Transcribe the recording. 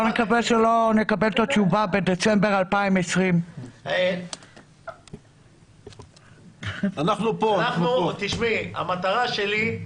בוא נקווה שלא נקבל את התשובה בדצמבר 2020. המטרה שלי היא